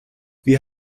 wir